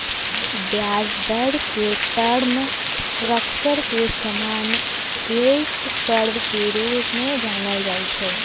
ब्याज दर के टर्म स्ट्रक्चर के समान्य यील्ड कर्व के रूपे जानल जाइ छै